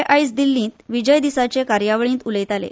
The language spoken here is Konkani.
ते आयज दिल्लींत विजय दिसाचे कार्यावळींत उलयताले